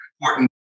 important